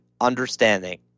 understanding